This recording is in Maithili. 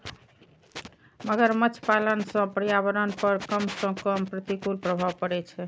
मगरमच्छ पालन सं पर्यावरण पर कम सं कम प्रतिकूल प्रभाव पड़ै छै